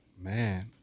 Man